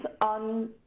on